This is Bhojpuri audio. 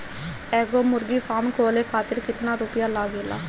एगो मुर्गी फाम खोले खातिर केतना रुपया लागेला?